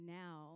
now